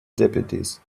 deputies